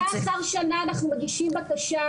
שנה אחר שנה אנחנו מגישים בקשה,